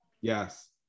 Yes